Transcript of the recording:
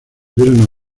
vieron